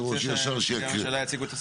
אני רוצה שנציגי הממשלה יציגו את הסיכומים.